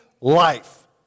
life